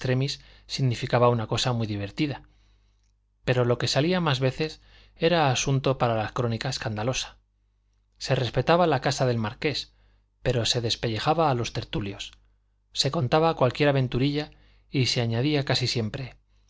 significaba una cosa muy divertida pero lo que salía más veces era asunto para la crónica escandalosa se respetaba la casa del marqués pero se despellejaba a los tertulios se contaba cualquier aventurilla y se añadía casi siempre